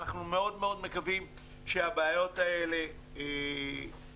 אנחנו מאוד מאוד מקווים שהבעיות האלה נפתרו.